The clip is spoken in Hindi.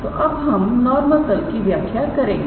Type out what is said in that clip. तो अब हम नॉर्मल तल की व्याख्या करेंगे